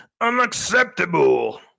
unacceptable